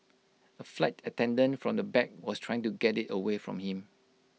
A flight attendant from the back was trying to get IT away from him